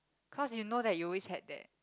cause you know that you always had that